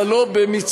אבל לא במצטבר.